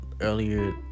earlier